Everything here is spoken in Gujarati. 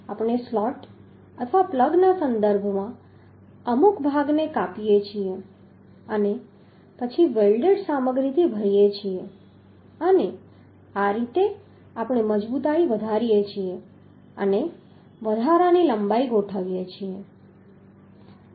આપણે સ્લોટ અથવા પ્લગના સંદર્ભમાં અમુક ભાગને કાપીએ છીએ અને પછી વેલ્ડેડ સામગ્રીથી ભરીએ છીએ અને આ રીતે આપણે મજબૂતાઈ વધારીએ છીએ અને વધારાની લંબાઈને ગોઠવીએ છીએ